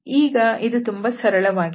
ಈಗ ಇದು ತುಂಬಾ ಸರಳವಾಗಿದೆ